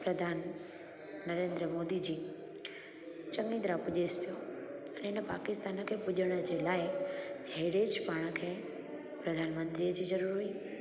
प्रधान नरेन्द्र मोदी जी चङी तरह पुॼेसि पियो अने हिन पाकिस्तान खे पुॼण जे लाइ अहिड़े ज पाण खे प्रधानमंत्री जी ज़रूर हुई